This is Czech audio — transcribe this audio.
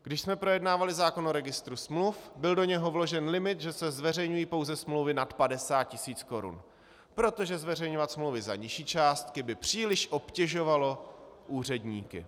Když jsme projednávali zákon o registru smluv, byl do něho vložen limit, že se zveřejňují pouze smlouvy nad 50 000 Kč, protože zveřejňovat smlouvy za nižší částky by příliš obtěžovalo úředníky.